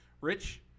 rich